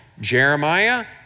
jeremiah